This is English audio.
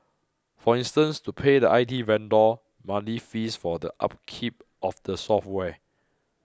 for instance to pay the I T vendor monthly fees for the upkeep of the software